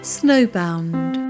Snowbound